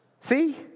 See